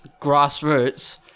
Grassroots